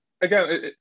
again